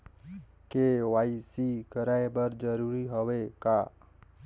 KYC कराय बर जरूरी हवे का?